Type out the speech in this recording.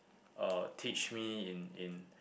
uh teach me in in